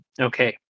Okay